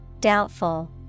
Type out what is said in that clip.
Doubtful